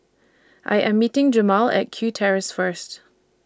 I Am meeting Jemal At Kew Terrace First